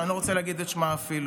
שאני לא רוצה להגיד את שמה אפילו.